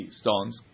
stones